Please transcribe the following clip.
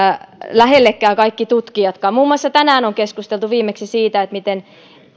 lähellekään kaikki tutkijatkaan muun muassa tänään on keskusteltu viimeksi siitä miten esimerkiksi